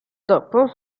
dopo